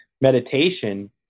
meditation